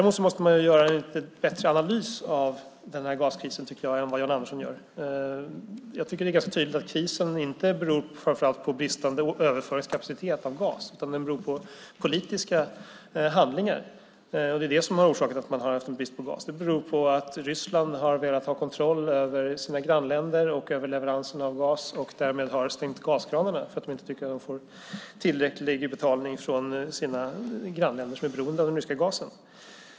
Man måste dock göra en bättre analys av gaskrisen än vad Jan Andersson gör. Det är tydligt att krisen inte beror på bristande överföringskapacitet på gas utan på politiska handlingar. Det har orsakat bristen på gas. Ryssland har velat ha kontroll över sina grannländer och över leveranserna av gas och därmed har stängt gaskranarna. Man tycker inte att man får tillräcklig betalning av de grannländer som är beroende den ryska gasen.